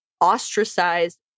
ostracized